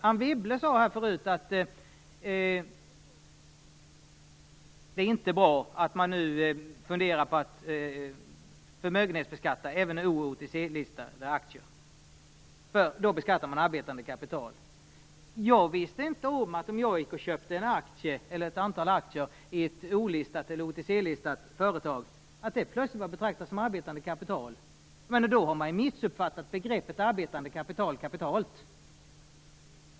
Anne Wibble sade tidigare att det inte är bra att man nu funderar på att förmögenhetsbeskatta även O och OTC-listade aktier eftersom man då beskattar arbetande kapital. Om jag går och köper ett antal aktier i ett O eller OTC-listat företag visste inte jag att det plötsligt är att betrakta som arbetande kapital. Då har man ju missuppfattat begreppet arbetande kapital kapitalt.